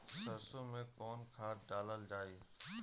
सरसो मैं कवन खाद डालल जाई?